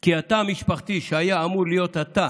כי התא המשפחתי, שהיה אמור להיות התא